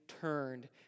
turned